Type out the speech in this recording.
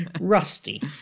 Rusty